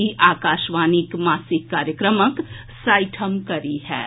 ई आकाशवाणी मासिक कार्यक्रमक साठिम कड़ी होएत